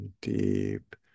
deep